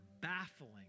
baffling